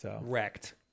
Wrecked